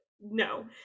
no